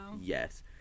yes